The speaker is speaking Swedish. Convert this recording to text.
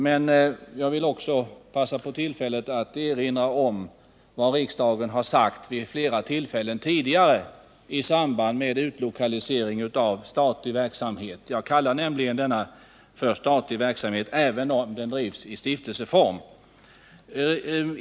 Men jag vill också passa på tillfället att erinra om vad riksdagen har uttalat vid flera tillfällen tidigare i samband med utlokalisering av statlig verksamhet. Jag kallar nämligen detta för statlig verksamhet, även om den bedrivs i stiftelseform.